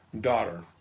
daughter